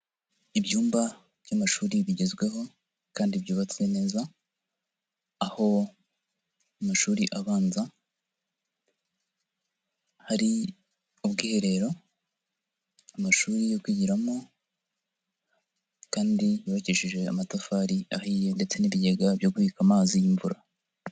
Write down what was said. Ibyumba by'amashuri bigezweho kandi byubatse neza, aho amashuri abanza hari ubwiherero, amashuri yo kwigiramo kandi yubakishije amatafari ahiye ndetse n'ibigega byo kubika amazi y'imvura.